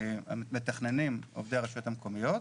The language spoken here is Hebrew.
את המתכננים, עובדי הרשויות המקומיות.